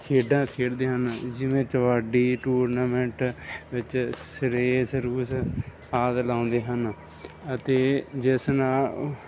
ਖੇਡਾਂ ਖੇਡਦੇ ਹਨ ਜਿਵੇਂ ਕਬੱਡੀ ਟੂਰਨਾਮੈਂਟ ਵਿੱਚ ਰੇਸ ਰੂਸ ਆਦਿ ਲਗਾਉਂਦੇ ਹਨ ਅਤੇ ਜਿਸ ਨਾਲ